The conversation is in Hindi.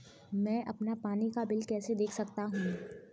मैं अपना पानी का बिल कैसे देख सकता हूँ?